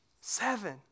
seven